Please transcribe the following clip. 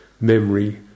memory